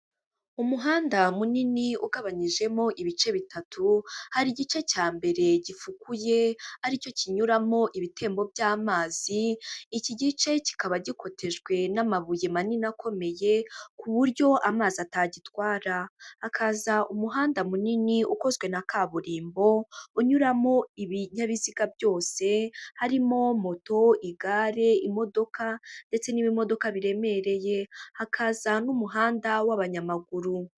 Umuhanda munini ugabanyijemo ibice bitatu, hari igice cya mbere gifukuye aricyo kinyuramo ibitembo by'amazi, iki gice kikaba gikotejwe n'amabuye manini akomeye, ku buryo amazi atagitwara. Hakaza umuhanda munini ukozwe na kaburimbo, unyuramo ibinyabiziga byose, harimo moto, igare, imodoka, ndetse n'ibimodoka biremereye. Hakaza n'umuhanda w'abanyamaguru.